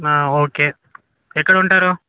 okay ఎక్కడ ఉంటారు